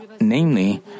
namely